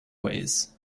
ways